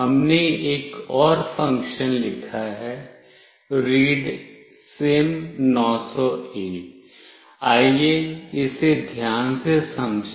हमने एक और फ़ंक्शन लिखा है readSIM900A आइए इसे ध्यान से समझें